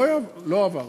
לא עבר.